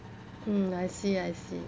mm I see I see